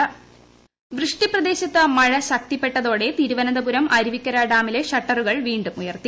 dam shutter വൃഷ്ടി പ്രദേശത്ത് മഴ ശക്തിപ്പെട്ടതോടെ തിരുവനന്തപുരം അരുവിക്കര ഡാമിലെ ഷട്ടറുകൾ വീണ്ടും ഉയർത്തി